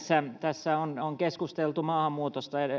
tässä on keskusteltu maahanmuutosta